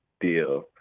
deal